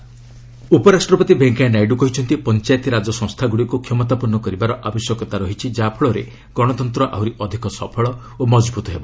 Naidu democratic ଉପରାଷ୍ଟ୍ରପତି ଭେଙ୍କୟା ନାଇଡ଼ୁ କହିଛନ୍ତି ପଞ୍ଚାୟତିରାଜ ସଂସ୍ଥାଗୁଡ଼ିକୁ କ୍ଷମତାପନ୍ନ କରିବାର ଆବଶ୍ୟକତା ରହିଛି ଯାହାଫଳରେ ଗଣତନ୍ତ ଆହୁରି ଅଧିକ ସଫଳ ଓ ମଜବୁତ୍ ହେବ